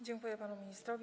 Dziękuję panu ministrowi.